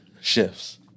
shifts